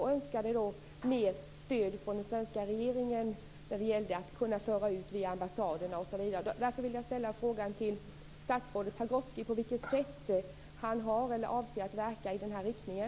De önskade sig mer stöd från den svenska regeringen, t.ex. via ambassaderna. På vilket sätt avser statsrådet Pagrotsky att verka i den riktningen?